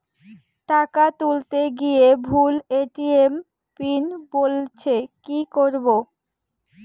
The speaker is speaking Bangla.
টাকা তুলতে গিয়ে ভুল এ.টি.এম পিন বলছে কি করবো?